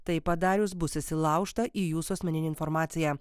tai padarius bus įsilaužta į jūsų asmeninę informaciją